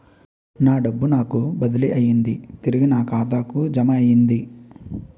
నా డబ్బు నాకు బదిలీ అయ్యింది తిరిగి నా ఖాతాకు జమయ్యింది